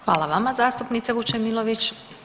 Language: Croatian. Hvala vama zastupnice Vučemilović.